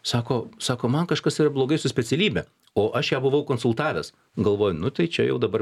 sako sako man kažkas yra blogai su specialybe o aš ją buvau konsultavęs galvoju nu tai čia jau dabar